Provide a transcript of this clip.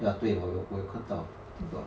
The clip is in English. ya 对我有我有看到 think got